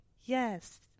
Yes